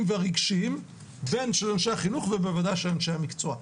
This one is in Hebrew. והרגשיים בין של אנשי החינוך ובוודאי של אנשי המקצוע.